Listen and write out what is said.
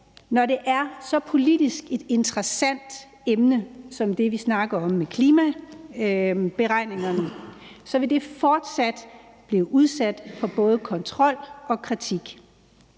når det er et så politisk interessant emne som det, vi snakker om med klimaberegningerne, fortsat blive udsat for både kontrol og kritik.